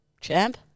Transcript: Champ